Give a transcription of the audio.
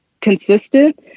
consistent